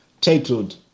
titled